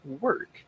work